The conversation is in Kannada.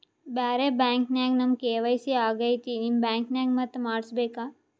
ಬ್ಯಾರೆ ಬ್ಯಾಂಕ ನ್ಯಾಗ ನಮ್ ಕೆ.ವೈ.ಸಿ ಆಗೈತ್ರಿ ನಿಮ್ ಬ್ಯಾಂಕನಾಗ ಮತ್ತ ಮಾಡಸ್ ಬೇಕ?